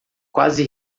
quase